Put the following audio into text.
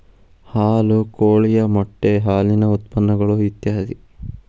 ಹಾಲು ಕೋಳಿಯ ಮೊಟ್ಟೆ ಹಾಲಿನ ಉತ್ಪನ್ನಗಳು ಇತ್ಯಾದಿ